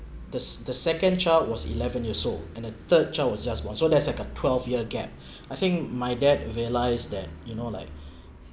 the s~ the second child was eleven years old and the third child was just one so there's like a twelve year gap I think my dad realised that you know like